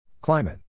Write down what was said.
Climate